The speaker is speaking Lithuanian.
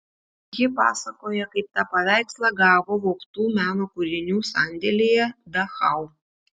ji pasakoja kaip tą paveikslą gavo vogtų meno kūrinių sandėlyje dachau